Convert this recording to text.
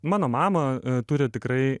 mano mama turi tikrai